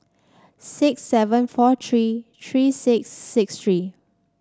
six seven four three three six six three